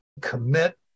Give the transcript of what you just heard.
Commit